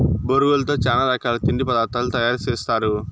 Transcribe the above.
బొరుగులతో చానా రకాల తిండి పదార్థాలు తయారు సేస్తారు